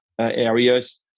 areas